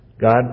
God